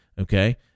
Okay